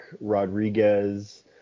Rodriguez